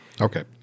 Okay